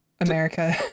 America